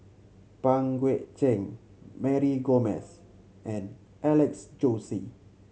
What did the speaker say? Pang Guek Cheng Mary Gomes and Alex Josey